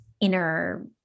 inner